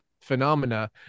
Phenomena